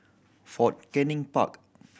Fort Canning Park